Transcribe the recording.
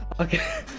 Okay